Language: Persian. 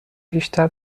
بیشتر